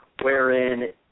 wherein